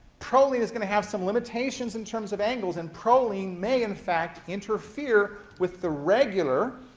proline is going to have some limitations, in terms of angles, and proline may, in fact, interfere with the regular